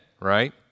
right